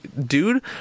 dude